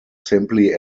simply